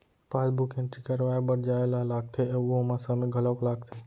passbook entry करवाए बर जाए ल लागथे अउ ओमा समे घलौक लागथे